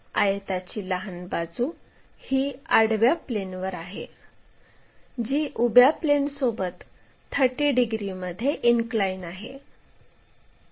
आयताची लहान बाजू ही आडव्या प्लेनवर आहे जी उभ्या प्लेनसोबत 30 डिग्रीमध्ये इनक्लाइन आहे